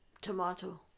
Tomato